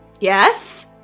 Yes